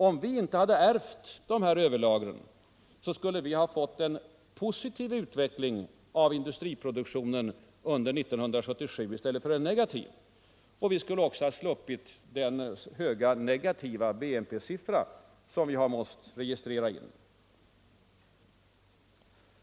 Om vi inte hade ärvt dessa överlager, skulle vi ha fått en positiv utveckling av industriproduktionen under 1977 i stället för en negativ, och vi skulle också ha sluppit den höga negativa BNP-siffra som vi har måst inregistrera.